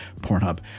Pornhub